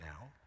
now